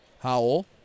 Howell